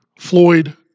Floyd